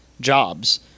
jobs